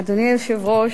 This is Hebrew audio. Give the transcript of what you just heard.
אדוני היושב-ראש,